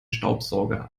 staubsauger